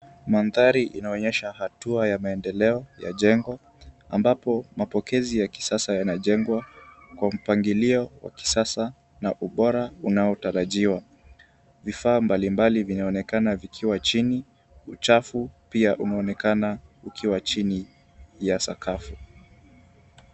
Maandhari inaonyesha hatua ya maendeleo ya jengo ambapo mapokezi ya kisasa yanajengwa kwa mpangilio wa kisasa na ubora unaotarajiwa. Vifaa mbali mbali vinaonekana vikiwa chini. Uchafu pia unaonekana ukiwa chini ya sakafu.